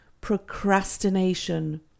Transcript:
procrastination